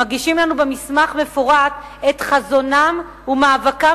מגישים לנו במסמך מפורט את חזונם ומאבקם